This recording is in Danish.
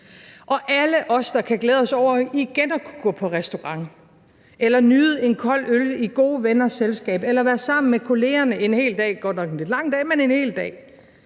Og alle os, der kan glæde os over igen at gå på restaurant eller nyde en kold øl i gode venners selskab eller være sammen med kollegerne en hel dag